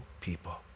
people